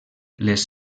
les